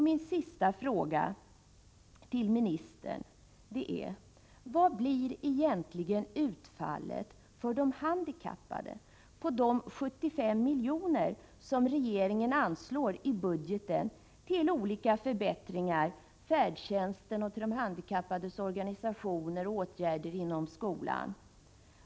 Min sista fråga till ministern är: Vad blir egentligen utfallet för de handikappade av de 75 milj.kr. som regeringen anslår i budgeten till olika förbättringar inom färdtjänsten, till de handikappades organisationer och till åtgärder inom skolan?